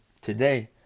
today